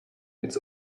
its